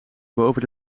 boven